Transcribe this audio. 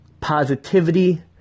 positivity